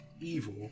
evil